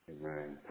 Amen